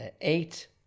eight